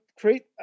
create